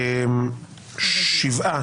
שבעה